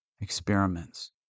experiments